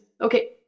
Okay